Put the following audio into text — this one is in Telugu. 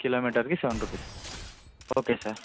కిలోమీటర్కి సెవెన్ రూపీస్ ఓకే సార్